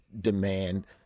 demand